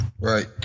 Right